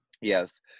Yes